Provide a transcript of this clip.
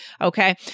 okay